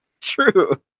true